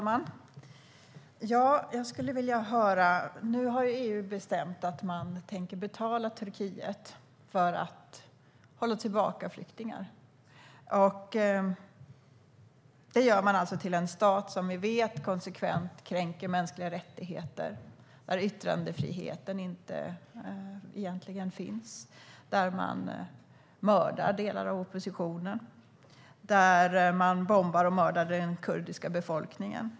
Herr talman! Nu har EU bestämt att man tänker betala Turkiet för att hålla tillbaka flyktingar. Man betalar alltså en stat som vi vet konsekvent kränker mänskliga rättigheter och där yttrandefriheten egentligen inte finns. Turkiet mördar delar av oppositionen och bombade och mördade den kurdiska befolkningen.